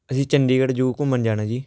ਅਸੀਂ ਚੰਡੀਗੜ੍ਹ ਜੂ ਘੁੰਮਣ ਜਾਣਾ ਜੀ